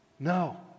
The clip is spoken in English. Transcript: No